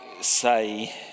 say